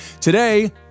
Today